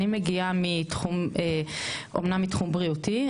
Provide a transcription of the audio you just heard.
אני מגיעה אומנם מתחום בריאותי,